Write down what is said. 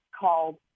called